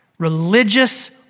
Religious